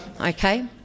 Okay